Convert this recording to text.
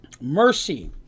Mercy